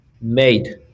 made